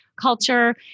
culture